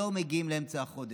לא מגיעים לאמצע החודש.